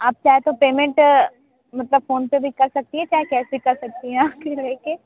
आप चाहे तो पेमेंट मतलब फोनपे भी कर सकती हैं चाहें कैसे कर सकती हैं